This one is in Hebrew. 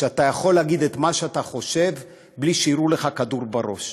שאתה יכול להגיד את מה שאתה חושב בלי שיירו לך כדור בראש,